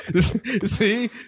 See